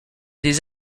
des